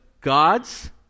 God's